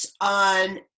on